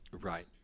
Right